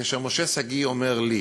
כשמשה שגיא אומר לי,